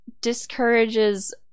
discourages